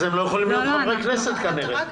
אז הם לא יכולים להיות חברי כנסת כנראה.